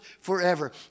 forever